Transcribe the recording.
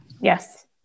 Yes